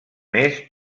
més